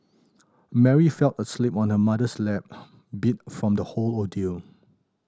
Mary fell asleep on her mother's lap beat from the whole ordeal